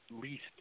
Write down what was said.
least